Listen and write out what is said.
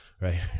right